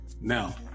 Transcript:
Now